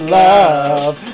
love